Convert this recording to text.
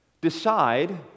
Decide